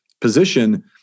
position